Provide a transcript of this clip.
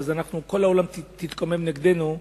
ואז כל העולם יתקומם נגדנו,